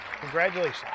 congratulations